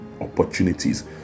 opportunities